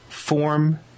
form